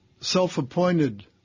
self-appointed